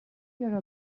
your